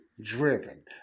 driven